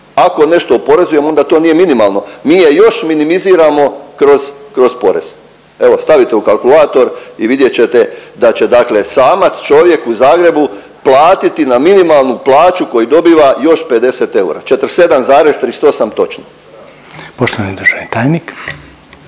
Ako nešto oporezujemo, onda to nije minimalno, mi je još minimiziramo kroz porez. Evo, stavite u kalkulator i vidjet ćete da će dakle samac, čovjek u Zagrebu platiti na minimalnu plaću koju dobiva još 50 eura. 47,38 točno. **Reiner, Željko